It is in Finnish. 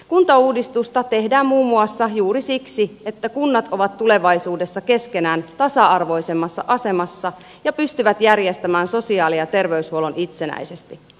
kuntauudistusta tehdään muun muassa juuri siksi että kunnat ovat tulevaisuudessa keskenään tasa arvoisemmassa asemassa ja pystyvät järjestämään sosiaali ja terveyshuollon itsenäisesti